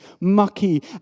mucky